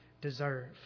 deserve